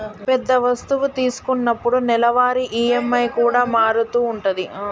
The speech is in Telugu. పెద్ద వస్తువు తీసుకున్నప్పుడు నెలవారీ ఈ.ఎం.ఐ కూడా మారుతూ ఉంటది